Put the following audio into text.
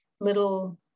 little